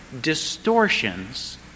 distortions